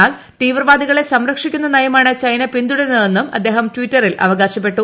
എന്നാൽ തീവ്രവാദികളെ സംരക്ഷിക്കുന്ന നയമാണ് ചൈന പിന്തുടരുന്നതെന്ന് അദ്ദേഹം ട്വിറ്ററിൽ അറിയിച്ചു